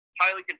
highly